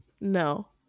No